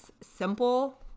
simple